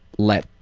let